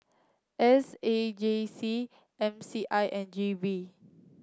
S A J C M C I and G V